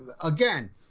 Again